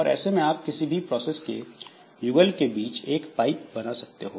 और ऐसे में आप किसी भी प्रोसेस के युगल के बीच एक पाइप बना सकते हो